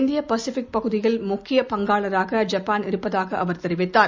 இந்தியபசிபிக் பகுதியில் முக்கிய பங்காளராக ஜப்பான் இருப்பதாகஅவர் கூறினார்